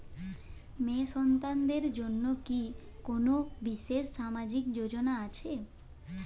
মেয়ে সন্তানদের জন্য কি কোন বিশেষ সামাজিক যোজনা আছে?